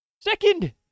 second